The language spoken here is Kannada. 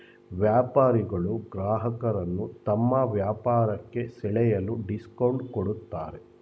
ವ್ಯಾಪಾರಿಗಳು ಗ್ರಾಹಕರನ್ನು ತಮ್ಮ ವ್ಯಾಪಾರಕ್ಕೆ ಸೆಳೆಯಲು ಡಿಸ್ಕೌಂಟ್ ಕೊಡುತ್ತಾರೆ